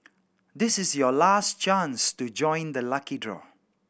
this is your last chance to join the lucky draw